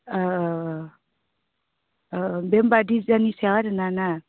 औ औ बे होनबा दिजाइनि सायाव आरोना ना